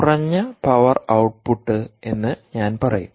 കുറഞ്ഞ power output എന്ന് ഞാൻ പറയും